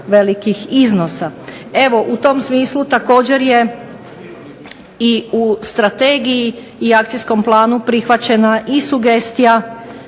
velikih iznosa. Evo u tom smislu također je i u strategiji i akcijskom planu prihvaćena i sugestija